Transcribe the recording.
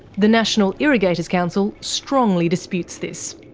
the national irrigators council strongly disputes this.